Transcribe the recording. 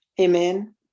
Amen